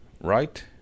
right